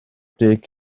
deg